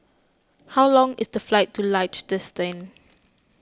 how long is the flight to Liechtenstein